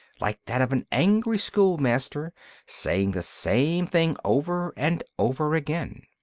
like that of an angry schoolmaster saying the same thing over and over again.